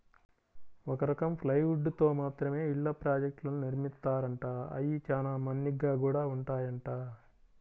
ఒక రకం ప్లైవుడ్ తో మాత్రమే ఇళ్ళ ప్రాజెక్టులను నిర్మిత్తారంట, అయ్యి చానా మన్నిగ్గా గూడా ఉంటాయంట